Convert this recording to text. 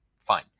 fine